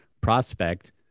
prospect